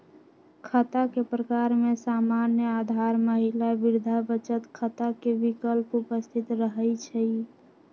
खता के प्रकार में सामान्य, आधार, महिला, वृद्धा बचत खता के विकल्प उपस्थित रहै छइ